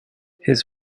his